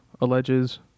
alleges